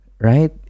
Right